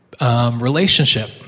relationship